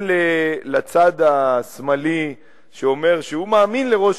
אם לצד השמאלי שאומר שהוא מאמין לראש